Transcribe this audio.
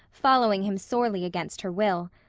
following him sorely against her will.